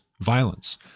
violence